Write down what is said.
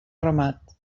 ramat